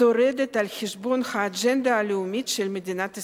שורדת על חשבון האג'נדה הלאומית של מדינת ישראל.